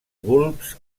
bulbs